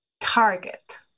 target